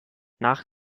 nach